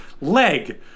leg